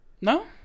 No